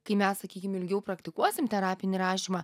kai mes sakykim ilgiau praktikuosim terapinį rašymą